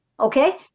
Okay